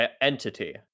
entity